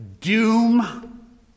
doom